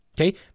Okay